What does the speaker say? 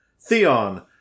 Theon